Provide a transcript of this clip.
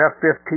F-15